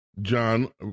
John